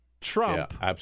trump